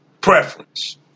preference